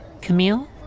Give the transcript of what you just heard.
Camille